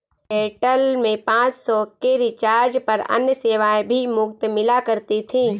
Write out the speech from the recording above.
Airtel में पाँच सौ के रिचार्ज पर अन्य सेवाएं भी मुफ़्त मिला करती थी